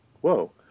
whoa